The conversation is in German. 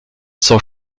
zur